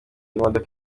imodoka